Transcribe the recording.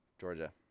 Georgia